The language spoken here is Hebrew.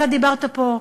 אתה דיברת פה,